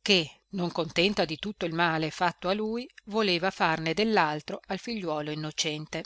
che non contenta d tutto il male fatto a lui voleva farne dellaltro al figliuol innocente